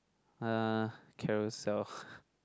uh Carousell